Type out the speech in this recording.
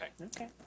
Okay